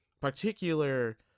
particular